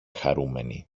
χαρούμενη